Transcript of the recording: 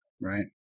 right